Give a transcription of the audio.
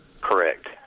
Correct